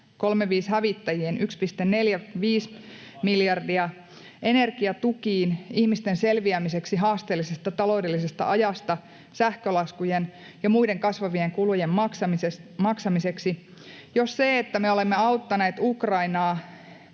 Vasemmisto vastusti!] energiatukiin ihmisten selviämiseksi haasteellisesta taloudellisesta ajasta, sähkölaskujen ja muiden kasvavien kulujen maksamiseksi, jos se, että me olemme auttaneet Ukrainaa,